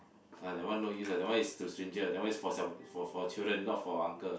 ah that one no use ah that one is to that one is for some for for children not for uncle